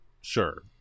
Sure